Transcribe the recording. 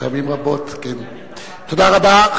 תודה רבה.